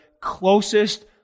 closest